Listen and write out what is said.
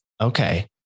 Okay